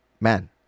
man